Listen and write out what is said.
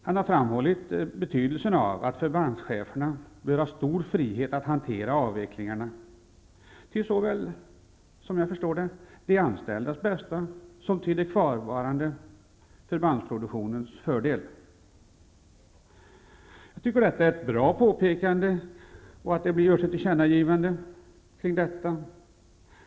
Han har framhållit betydelsen av att förbandscheferna bör ha stor frihet att hantera avvecklingarna till såväl de anställdas bästa som till den kvarvarande förbandsproduktionens fördel. Jag tycker att detta är ett bra påpekande och att det bör göras ett tillkännagivande av detta.